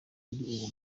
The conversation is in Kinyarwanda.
kuri